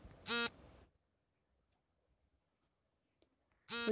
ಉತ್ಪನ್ನಗಳ ಶೇಖರಣೆ ಮತ್ತು ನಿವಾರಣೆಯನ್ನು ಹೇಗೆ ಮಾಡಬಹುದು?